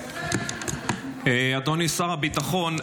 אדוני שר הביטחון,